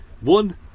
One